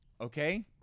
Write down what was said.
Okay